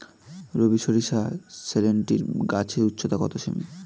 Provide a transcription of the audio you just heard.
বারি সরিষা সেভেনটিন গাছের উচ্চতা কত সেমি?